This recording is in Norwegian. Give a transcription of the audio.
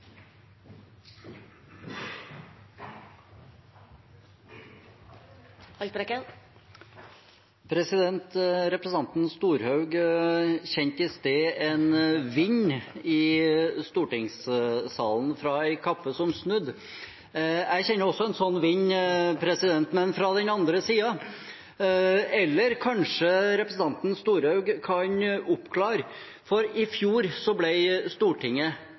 Representanten Storehaug kjente i sted en vind i stortingssalen fra en kappe som snudde. Jeg kjenner også en sånn vind, men fra den andre siden. Kanskje representanten Storehaug kan oppklare, for i fjor ble Stortinget,